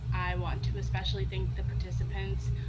i want to especially thank the participants.